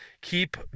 keep